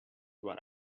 what